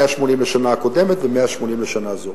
180,000 שקל לשנה הקודמת ו-180,000 שקל לשנה זו.